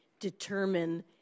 determine